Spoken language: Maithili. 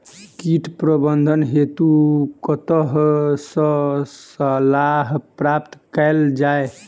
कीट प्रबंधन हेतु कतह सऽ सलाह प्राप्त कैल जाय?